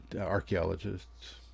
archaeologists